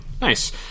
Nice